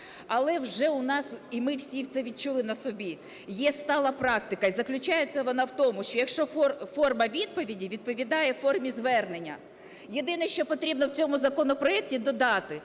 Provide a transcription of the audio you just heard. Але вже у нас, і ми всі це відчули на собі, є стала практика, і заключається вона в тому, що форма відповіді відповідає формі звернення. Єдине, що потрібно в цьому законопроекті додати,